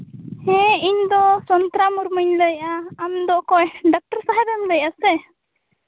ᱦᱮᱸ ᱤᱧᱫᱚ ᱥᱚᱱᱛᱨᱟ ᱢᱩᱨᱢᱩᱧ ᱞᱟᱹᱭ ᱮᱫᱟ ᱟᱢᱫᱚ ᱚᱠᱚᱭ ᱰᱚᱠᱛᱟᱨ ᱥᱟᱦᱮᱵ ᱮᱢ ᱞᱟᱹᱭ ᱮᱫᱟ ᱥᱮ